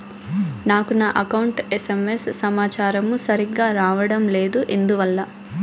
నాకు నా account SMS సమాచారము సరిగ్గా రావడం లేదు ఎందువల్ల?